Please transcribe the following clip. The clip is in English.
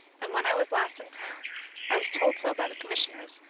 and when i was last in town i was told so by the commissioners,